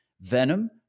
Venom